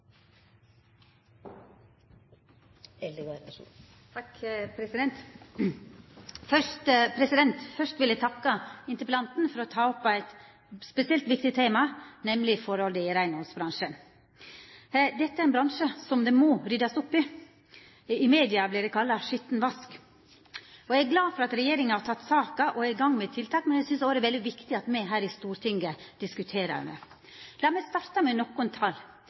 opp eit spesielt viktig tema, nemleg forholda i reinhaldsbransjen. Dette er ein bransje som det må ryddast opp i. I media vert det kalla «skitten vask». Eg er glad for at regjeringa har teke opp saka og er i gang med tiltak, men eg synest òg det er viktig at me her i Stortinget diskuterer dette. Lat meg starta med